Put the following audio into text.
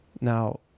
Now